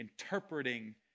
interpreting